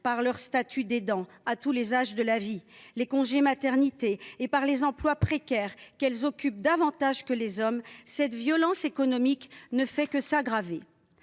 par leur statut d’aidant à tous les âges de la vie, par les congés maternité et les emplois précaires, qu’elles occupent davantage que les hommes, les femmes subissent une violence économique qui ne fait que s’aggraver.